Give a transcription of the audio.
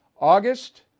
August